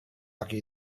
laki